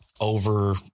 over